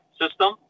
system